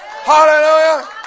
Hallelujah